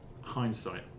Hindsight